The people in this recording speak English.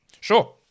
Sure